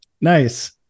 nice